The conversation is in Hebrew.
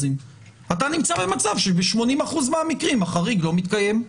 אתה נמצא במצב שב-80% מהמקרים החריג לא מתקיים.